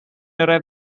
arrive